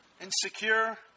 insecure